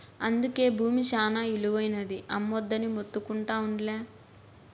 అందుకే బూమి శానా ఇలువైనది, అమ్మొద్దని మొత్తుకుంటా ఉండ్లా